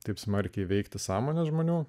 taip smarkiai veikti sąmonės žmonių